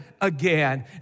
again